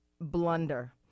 blunder